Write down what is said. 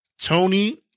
Tony